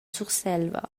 surselva